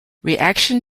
reaction